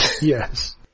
Yes